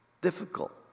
difficult